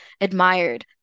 admired